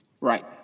Right